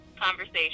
conversation